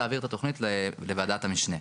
להבעיר את התוכנית לוועדת המשנה.